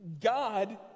God